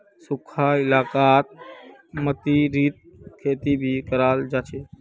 सुखखा इलाकात मतीरीर खेती भी कराल जा छे